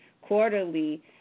quarterly